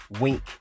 wink